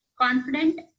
confident